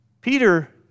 Peter